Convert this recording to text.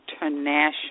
International